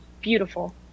beautiful